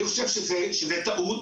אני חושב שזה טעות.